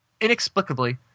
inexplicably